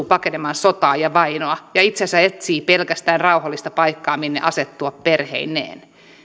pakenemaan sotaa ja vainoa ja itse asiassa etsii pelkästään rauhallista paikkaa minne asettua perheineen